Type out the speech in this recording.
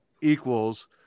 equals